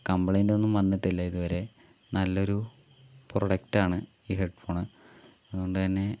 complaint ഒന്നും വന്നിട്ടില്ല ഇതുവരെ നല്ല ഒരു പ്രോഡക്റ്റ് ആണ് ഈ ഹെഡ്ഫോണ് അതുകൊണ്ട് തന്നെ